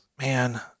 man